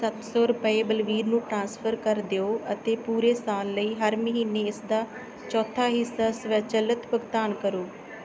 ਸੱਤ ਸੌ ਰੁਪਏ ਬਲਬੀਰ ਨੂੰ ਟ੍ਰਾਂਸਫਰ ਕਰ ਦਿਓ ਅਤੇ ਪੂਰੇ ਸਾਲ ਲਈ ਹਰ ਮਹੀਨੇ ਇਸਦਾ ਚੌਥਾ ਹਿੱਸਾ ਸਵੈਚਲਿਤ ਭੁਗਤਾਨ ਕਰੋ